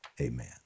Amen